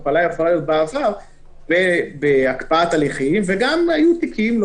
הפעלה יכולה הייתה להיות בעבר בהקפאת הליכים והיו גם תיקים לא